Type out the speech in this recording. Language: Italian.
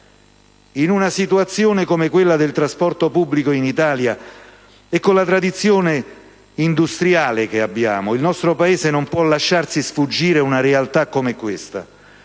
In una situazione come quella del trasporto pubblico in Italia, e con la tradizione industriale che abbiamo, il nostro Paese non può lasciarsi sfuggire una realtà come questa.